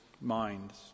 minds